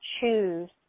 choose